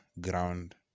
ground